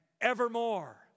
evermore